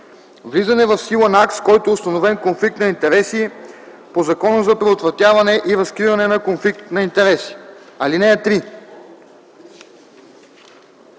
влизане в сила на акт, с който е установен конфликт на интереси по Закона за предотвратяване и разкриване на конфликт на интереси. (3)